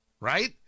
right